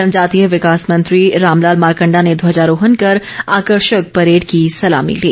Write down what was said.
जनजातीय विकास मंत्री रामलाल मारकंडा ने ध्वजारोहण कर आकर्षक परेड की सलामी ली